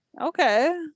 Okay